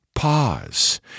Pause